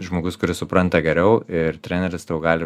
žmogus kuris supranta geriau ir treneris tau gali